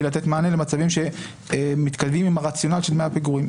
לתת מענה למצבים שמתכתבים עם הרציונל של דמי הפיגורים.